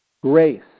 Grace